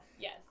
Yes